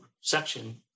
section